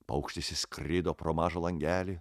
paukštis įskrido pro mažą langelį